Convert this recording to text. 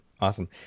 Awesome